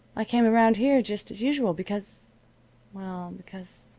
i came around here just as usual, because well because